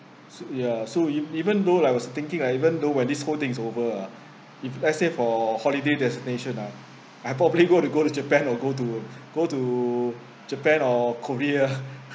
so ya so e~ even though I was thinking like even though when this whole thing is over ah if let's say for holiday destination ah I probably go to go to japan or go to go to japan or korea